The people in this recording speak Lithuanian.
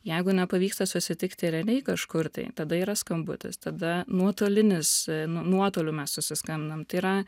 jeigu nepavyksta susitikti realiai kažkur tai tada yra skambutis tada nuotolinis nuotoliu mes susiskambinam tai yra